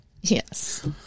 Yes